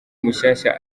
mushasha